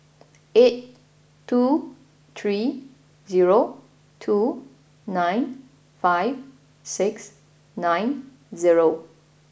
eight two three zero two nine five six nine zero